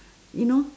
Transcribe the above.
you know